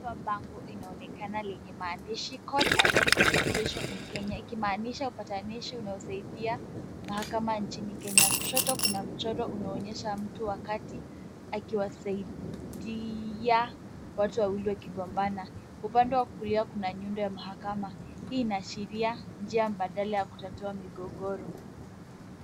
Hapa bango linaonekana lenye maandishi court annexed mediation in Kenya ikimaanisha upatanisho unaosaidia mahakama nchini Kenya. Kushoto kuna mchoro unaoonyesha mtu wakati akiwasaidia watu wawili wakigombana. Upande wa kulia kuna nyundo ya mahakama. Hii inaashiria njia mbadala ya kutatua mgogoro.